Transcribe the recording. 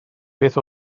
beth